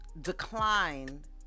declined